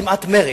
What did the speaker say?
כמעט מרד,